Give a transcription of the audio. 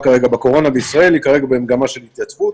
כרגע בקורונה בישראל היא כרגע במגמה של התייצבות